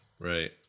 Right